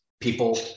people